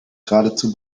geradezu